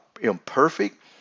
imperfect